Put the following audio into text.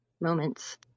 moments